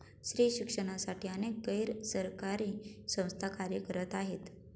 स्त्री शिक्षणासाठी अनेक गैर सरकारी संस्था कार्य करत आहेत